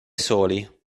soli